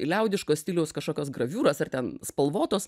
liaudiško stiliaus kažkokios graviūros ar ten spalvotos